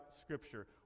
Scripture